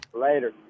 Later